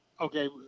okay